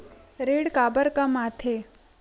ऋण काबर कम आथे?